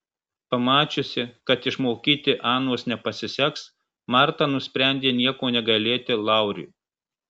pamačiusi kad išmokyti anos nepasiseks marta nusprendė nieko negailėti lauriui